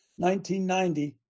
1990